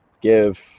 give